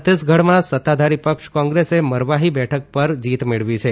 છત્તીસગઢના સતાધારી પક્ષ કોંગ્રેસે મરવાહી બેઠકપર જીત મેળવી છે